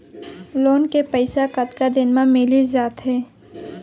Loan के पइसा कतका दिन मा मिलिस जाथे?